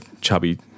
chubby